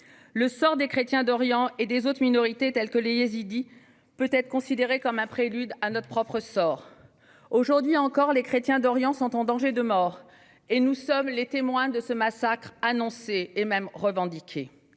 Le sort des chrétiens d'Orient et des autres minorités, notamment les Yézidis, peut être considéré comme un prélude à notre propre sort. Aujourd'hui encore, les chrétiens d'Orient sont en danger de mort et nous sommes les témoins de ce massacre annoncé, et même revendiqué.